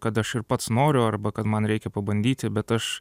kad aš ir pats noriu arba kad man reikia pabandyti bet aš